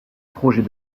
projet